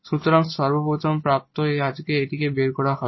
সুতরাং সর্বপ্রথম প্রাপ্ত আজকে এটি বের করা হবে